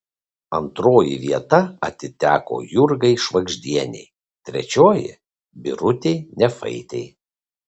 antroji vieta atiteko jurgai švagždienei trečioji birutei nefaitei